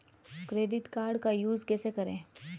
Credit card का use कैसे करें?